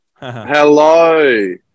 Hello